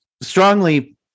strongly